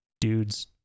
Dudes